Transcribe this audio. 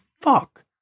fuck